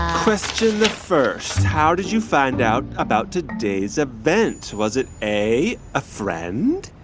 question the first, how did you find out about today's event? was it a, a friend?